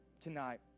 tonight